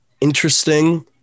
interesting